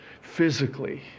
physically